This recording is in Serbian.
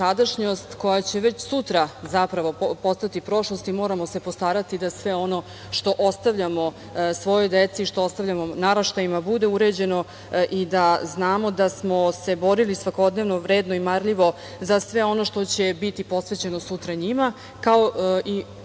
sadašnjost koja će već sutra zapravo postati prošlost i moramo se postarati da sve ono što ostavljamo svojoj deci, što ostavljamo naraštajima, bude uređeno i da znamo da smo se borili svakodnevno vredno i marljivo za sve ono što će biti posvećeno sutra njima, kao i koliko